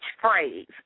phrase